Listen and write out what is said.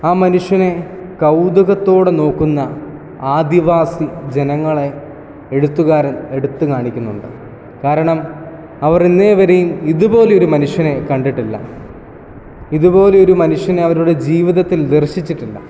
ആ മനുഷ്യനെ കൗതുകത്തോടെ നോക്കുന്ന ആദിവാസി ജനങ്ങളെ എഴുത്തുകാരൻ എടുത്തു കാണിക്കുന്നുണ്ട് കാരണം അവർ ഇന്നേവരെയും ഇതുപോലെ ഒരു മനുഷ്യനെ കണ്ടിട്ടില്ല ഇതുപോലൊരു മനുഷ്യനെ അവരുടെ ജീവിതത്തില് ദര്ശിച്ചിട്ടില്ല